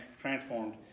transformed